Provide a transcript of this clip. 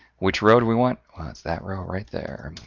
which row we want, it's that row right there.